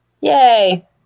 Yay